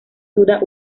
duda